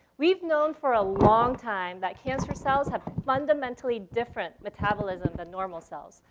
we've known for a long time that cancer cells have fundamentally different metabolism than normal cells.